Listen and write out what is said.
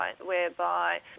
whereby